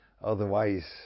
Otherwise